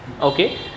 okay